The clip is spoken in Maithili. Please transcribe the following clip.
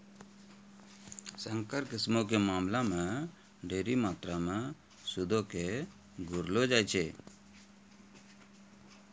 संकर किस्मो के मामला मे ढेरी मात्रामे सूदो के घुरैलो जाय छै